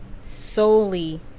solely